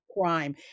crime